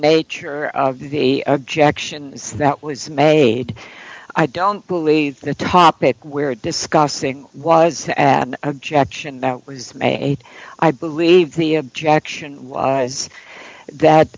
nature of the objections that was made i don't believe the topic we're discussing was an objection that was made i believe the objection was that